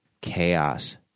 Chaos